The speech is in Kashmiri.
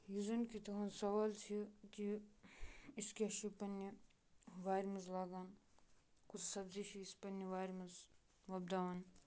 یُس زَن کہِ تُہُنٛد سوال چھِ کہِ أسۍ کیٛاہ چھِ پنٛنہِ وارِ منٛز لاگان کُس سبزی چھِ أسۍ پنٛنہِ وارِ منٛز وۄپداوان